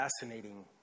fascinating